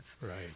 Right